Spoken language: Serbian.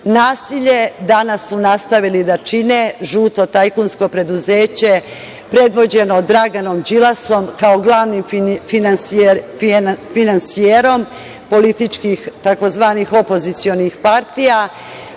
Nasilje danas su nastavili da čune žuto tajkunsko preduzeće, predvođeno Draganom Đilasom kao glavni finansijerom političkih tzv. opozicionih partija,